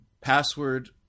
password